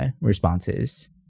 responses